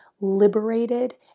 liberated